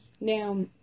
Now